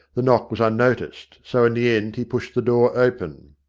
the knock was unnoticed, so in the end he pushed the door open.